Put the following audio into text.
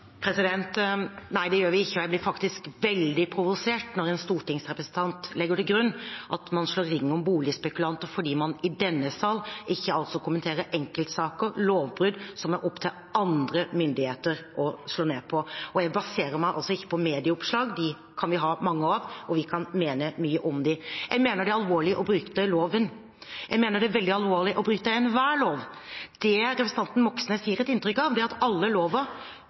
Nei, det gjør vi ikke. Jeg blir faktisk veldig provosert når en stortingsrepresentant legger til grunn at man slår ring om boligspekulanter fordi man i denne sal ikke kommenterer enkeltsaker, lovbrudd, som det er opp til andre myndigheter å slå ned på. Jeg baserer meg ikke på medieoppslag. Dem kan vi ha mange av, og vi kan mene mye om dem. Jeg mener det er alvorlig å bryte loven – jeg mener det er veldig alvorlig å bryte enhver lov. Det representanten Moxnes gir et inntrykk av, er at alle lover